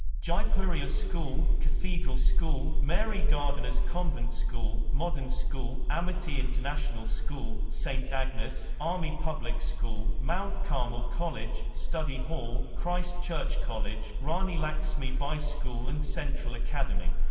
jaipuria school, cathedral school, mary gardiner's convent school, modern school, amity international school, st. agnes, army public school, mount carmel college, study hall, christ church college, rani laxmi bai school and central academy.